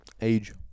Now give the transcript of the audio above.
Age